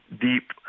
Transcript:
deep